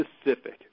specific